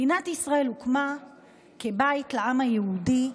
מדינת ישראל הוקמה כבית לעם היהודי,